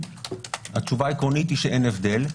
התשובה העקרונית היא שאין הבדל,